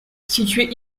située